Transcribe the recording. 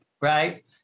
Right